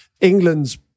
England's